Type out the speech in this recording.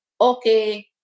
okay